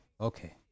Okay